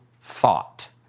thought